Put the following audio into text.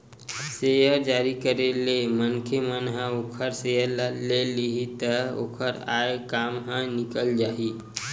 share जारी करे ले मनखे मन ह ओखर सेयर ल ले लिही त ओखर आय काम ह निकल जाही